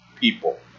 people